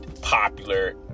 popular